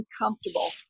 uncomfortable